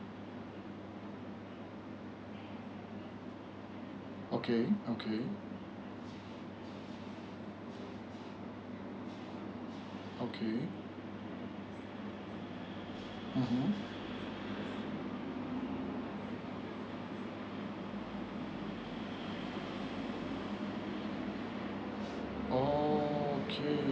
okay okay okay mmhmm oh K